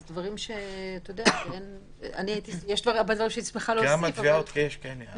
אז אתה יודע --- כמה תביעות כאלה יש?